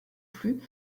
plus